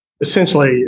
essentially